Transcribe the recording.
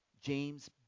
James